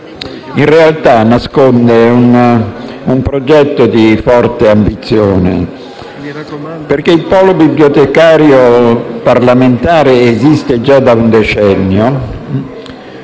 in realtà nasconde un progetto di forte ambizione. Il Polo bibliotecario parlamentare esiste già da un decennio: